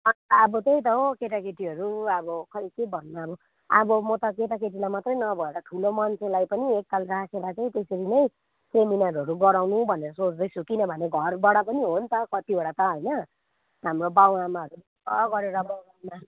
अन्त अब त्यही त हो केटाकेटीहरू अब खै के भन्नु अब अब म त केटाकेटीलाई मात्रै नभएर ठुलो मान्छेलाई पनि एकताल राखेर चाहिँ त्यसरी नै सेमिनारहरू गराउनु भनेर सोच्दैछु किनभने घरबाट पनि हो नि त कतिवटा त होइन हाम्रो बाउआमाहरू दु ख गरेर बगानमा